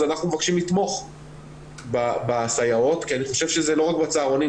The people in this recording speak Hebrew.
אז אנחנו מבקשים לתמוך בסייעות כי אני חושב שזה לא רק בצהרונים,